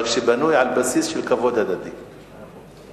שבנוי על בסיס של כבוד הדדי ושלא,